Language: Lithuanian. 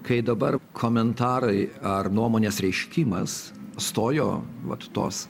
kai dabar komentarai ar nuomonės reiškimas stojo vat tos